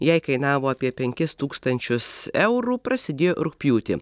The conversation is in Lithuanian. jai kainavo apie penkis tūkstančius eurų prasidėjo rugpjūtį